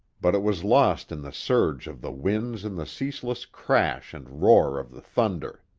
but it was lost in the surge of the winds and the ceaseless crash and roar of the thunder.